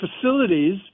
facilities